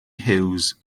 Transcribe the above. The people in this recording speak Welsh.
hughes